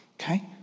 Okay